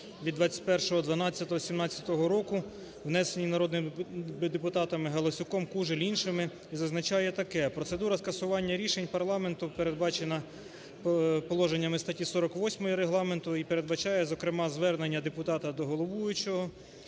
від 21.12.17 року, внесену народними депутатами Галасюком, Кужель, іншими. І зазначає таке. Процедура скасування рішень парламенту передбачена положеннями статті 48 Регламенту і передбачає, зокрема звернення депутата до головуючого